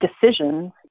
decisions